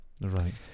Right